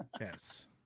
yes